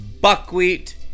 buckwheat